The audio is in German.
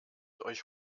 euch